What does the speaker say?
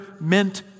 meant